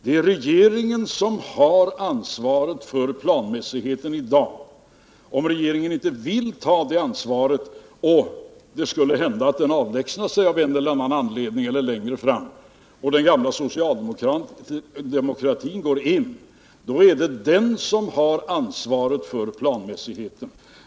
Det är regeringen som har ansvaret för planmässigheten i dag. Om regeringen inte vill ta det ansvaret och det skulle hända att den snart avlägsnar sig av en eller annan anledning eller gör det längre fram och den gamla socialdemokratin går in i regeringsställning, då är det den som har ansvaret för planmässigheten.